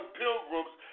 pilgrims